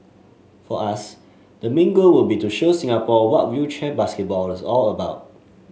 for us the main goal would be to show Singapore what wheelchair basketball is all about